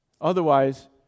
Otherwise